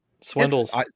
Swindle's